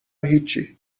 هیچی